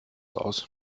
aus